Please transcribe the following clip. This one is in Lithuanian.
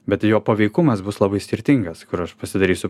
bet jo paveikumas bus labai skirtingas kur aš pasidarysiu